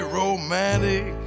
romantic